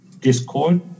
Discord